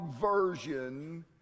version